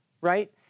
right